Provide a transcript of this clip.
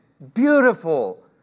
Beautiful